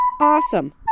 awesome